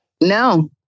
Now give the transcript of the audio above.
No